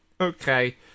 Okay